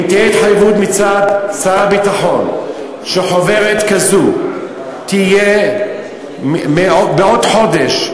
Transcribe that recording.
אם תהיה התחייבות מצד שר הביטחון שחוברת כזו תהיה בעוד חודש,